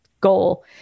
goal